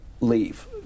leave